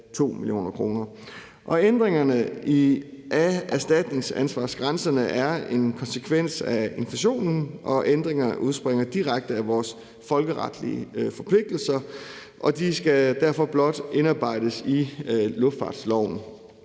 1,2 mio. kr. Ændringerne i erstatningsansvarsgrænserne er en konsekvens af inflationen, og ændringerne udspringer direkte af vores folkeretlige forpligtelser. De skal derfor blot indarbejdes i luftfartsloven.